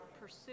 pursue